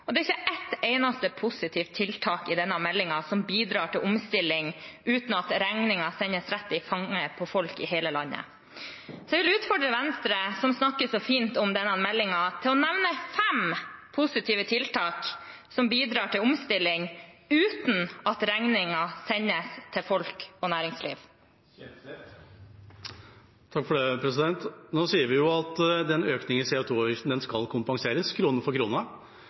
Det er ikke ett eneste positivt tiltak i denne meldingen som bidrar til omstilling uten at regningen sendes rett i fanget på folk i hele landet. Så jeg vil utfordre Venstre, som snakker så fint om denne meldingen, til å nevne fem positive tiltak som bidrar til omstilling uten at regningen sendes til folk og næringsliv. Nå sier vi jo at økningen i CO 2 -avgiften skal kompenseres krone for